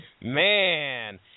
Man